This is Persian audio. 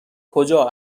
کجا